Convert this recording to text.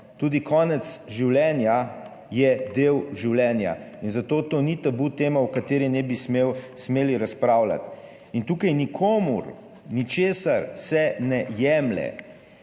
tudi konec življenja je del življenja in zato to ni tabu tema, o kateri ne bi smel, smeli razpravljati in tukaj nikomur ničesar se ne jemlje.